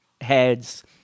heads